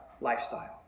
lifestyle